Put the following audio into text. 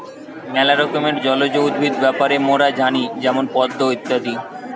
ম্যালা রকমের জলজ উদ্ভিদ ব্যাপারে মোরা জানি যেমন পদ্ম ইত্যাদি